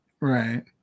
Right